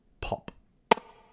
pop